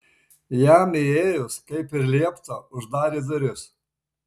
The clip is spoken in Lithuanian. jam įėjus kaip ir liepta uždarė duris